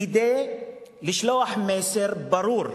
כדי לשלוח מסר ברור